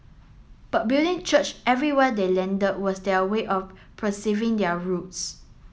but building church everywhere they landed was their way of preserving their roots